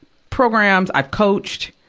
programs. i coached.